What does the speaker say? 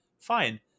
fine